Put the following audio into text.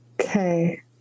okay